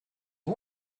you